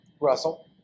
Russell